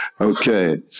okay